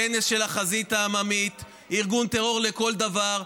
כנס של החזית העממית, ארגון טרור לכל דבר.